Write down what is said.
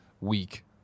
week